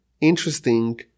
interesting